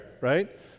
right